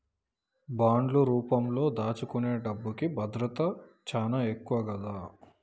బాండ్లు రూపంలో దాచుకునే డబ్బుకి భద్రత చానా ఎక్కువ గదా